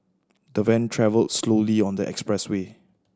the van travelled slowly on the expressway